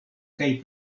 kaj